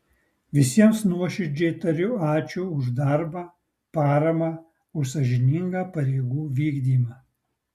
visiems nuoširdžiai tariu ačiū už darbą paramą už sąžiningą pareigų vykdymą